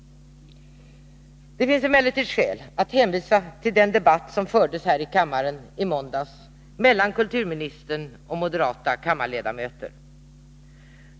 Det finns emellertid skäl att hänvisa till den debatt som fördes här i kammaren i måndags mellan kulturministern och moderata kammarledamöter.